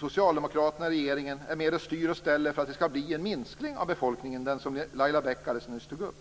Socialdemokraterna är med och styr och ställer för att det skall bli en minskning av befolkningen - den fråga Laila Bäck alldeles nyss tog upp.